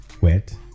Wet